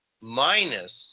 minus